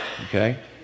Okay